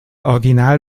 original